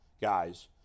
guys